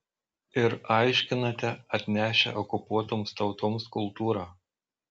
ir aiškinate atnešę okupuotoms tautoms kultūrą